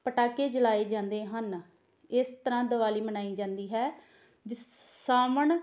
ਪਟਾਕੇ ਜਲਾਏ ਜਾਂਦੇ ਹਨ ਇਸ ਤਰ੍ਹਾਂ ਦੀਵਾਲੀ ਮਨਾਈ ਜਾਂਦੀ ਹੈ ਸਾਵਣ